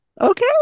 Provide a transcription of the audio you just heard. Okay